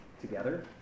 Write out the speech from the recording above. together